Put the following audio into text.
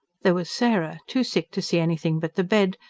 there was sarah, too sick to see anything but the bed,